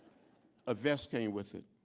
a vest came with it.